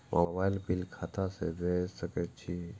Mobile bill खाता से भेड़ सके छि?